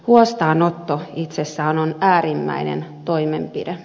huostaanotto itsessään on äärimmäinen toimenpide